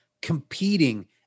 competing